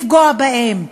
לפגוע בהם.